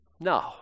No